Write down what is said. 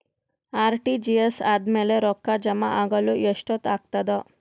RTGS ಆದ್ಮೇಲೆ ರೊಕ್ಕ ಜಮಾ ಆಗಲು ಎಷ್ಟೊತ್ ಆಗತದ?